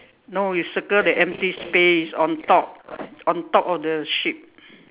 no you circle the empty space on top on top of the sheep